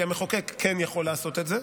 כי המחוקק כן יכול לעשות את זה.